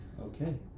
Okay